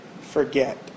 forget